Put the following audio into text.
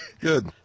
Good